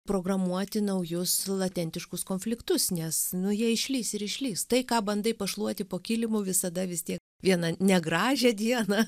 programuoti naujus latentiškus konfliktus nes nu jie išlįs ir išlįs tai ką bandai pašluoti po kilimu visada vis tiek vieną negražią dieną